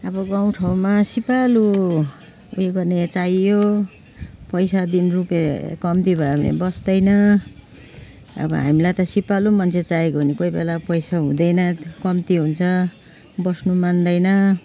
अब गाउँ ठाउँमा सिपालु उयो गर्ने चाहियो पैसा दिन रुप्पे कम्ती भयो भने बस्तैन अब हामीलाई त सिपालु मान्छे चाहिएको हो नि कोही बेला पैसा हुँदैन कम्ती हुन्छ बस्नु मान्दैन